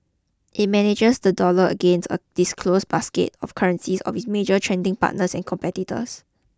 it manages the dollar against a disclosed basket of currencies of its major trading partners and competitors